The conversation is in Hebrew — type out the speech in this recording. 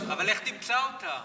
אבל איך תמצא אותה?